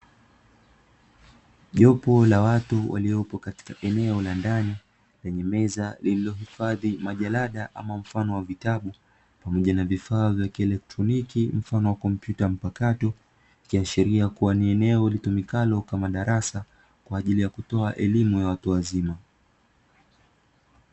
Jopo la watu waliopo katika eneo la ndani lenye meza iliyohifadhi majarada ama mfano wa vitabu pamoja na vifaa vya kieletroniki mfano wa kompyuta mpakato, ikiashiria kuwa ni eneo litumikalo kama darasa kwa ajili ya kutoa elimu ya watu wazima.